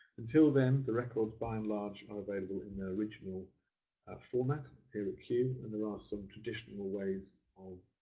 until then, the records by and large are available in the original ah format here at kew, and there are ah some traditional ways of